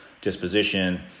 disposition